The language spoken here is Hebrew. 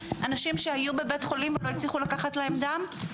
אנשים שהיו בבית חולים ולא הצליחו לקחת להם דם,